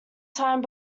time